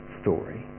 story